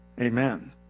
Amen